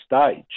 stage